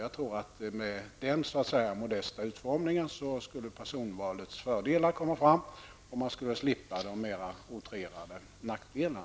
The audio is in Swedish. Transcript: Jag tror att med den modesta utformningen skulle personvalets fördelar komma till sin rätt, och man skulle slippa systemets mera utrerade nackdelar.